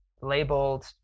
labeled